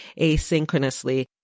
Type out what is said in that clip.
asynchronously